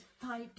five